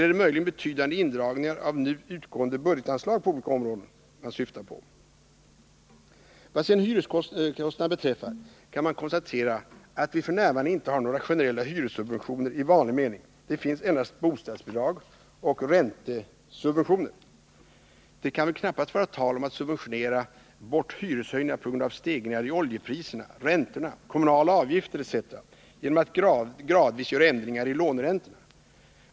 Är det möjligen betydande indragningar av nu utgående budgetanslag på olika områden som socialdemokraterna syftar på? Vad sedan hyreskostnaderna beträffar kan konstateras att vi f. n. inte har några generella hyressubventioner i vanlig mening. Det finns endast bostadsbidrag och räntesubventioner. Det kan väl knappast vara tal om att subventionera bort hyreshöjningar på grund av stegringar i oljepriserna, höjningar av räntor och kommunala avgifter etc. genom att gradvis göra ändringar i låneräntorna?